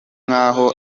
nkaho